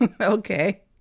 okay